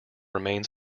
remains